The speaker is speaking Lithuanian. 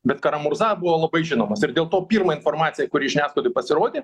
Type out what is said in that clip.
bet karamuza buvo labai žinomas ir dėl to pirmą informaciją kuri žiniasklaidoj pasirodė